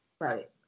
right